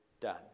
done